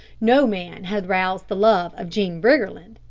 no man had roused the love of jean briggerland,